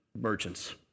merchants